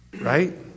Right